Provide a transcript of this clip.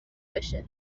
بشه